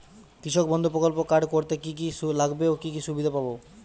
কৃষক বন্ধু প্রকল্প কার্ড করতে কি কি লাগবে ও কি সুবিধা পাব?